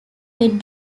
mid